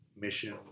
Mission